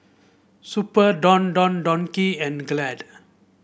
Super Don Don Donki and Glad